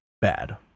bad